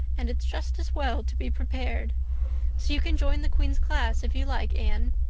and it's just as well to be prepared. so you can join the queen's class if you like, anne.